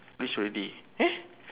reach already eh